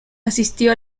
asistió